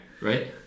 Right